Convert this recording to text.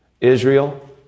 Israel